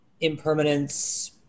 impermanence